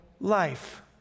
life